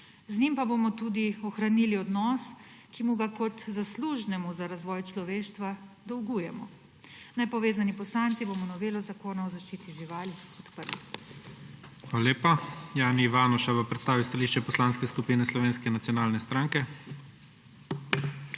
z njim pa bomo tudi ohranili odnos, ki mu ga kot zaslužnemu za razvoj človeštva dolgujemo. Nepovezani poslanci bomo novelo Zakona o zaščiti živali